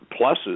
pluses